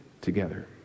together